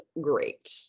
great